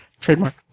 trademark